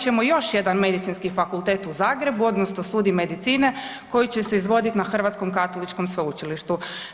ćemo još jedan Medicinski fakultet u Zagrebu odnosno studij medicine koji će se izvodit na Hrvatskom katoličkom sveučilištu.